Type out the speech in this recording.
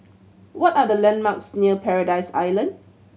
what are the landmarks near Paradise Island